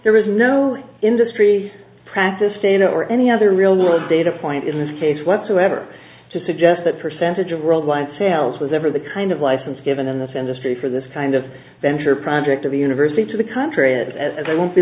there was no industry practice data or any other real world data point in this case whatsoever to suggest that percentage of worldwide sales was ever the kind of license given in this industry for this kind of venture project of the university to the contrary as i won't be